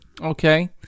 Okay